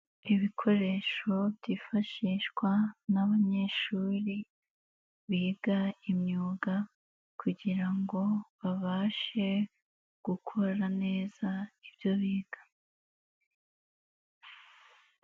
Ibikoresho byifashishwa n'abanyeshuri biga imyuga, kugira ngo babashe gukora neza ibyo biga.